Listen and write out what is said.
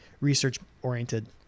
research-oriented